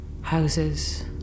houses